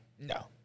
No